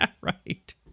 right